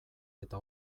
eta